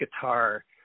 guitar